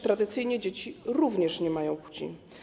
Tradycyjnie dzieci również nie mają płci.